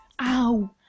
ow